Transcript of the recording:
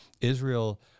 Israel